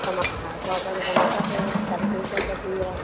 टमा हा सौ रुपए जा टमाटा थियव साढी टे सौ रुपिया थी विया